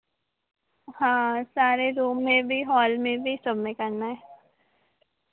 हाँ सारे रूम में भी हॉल में भी सबमें में करना है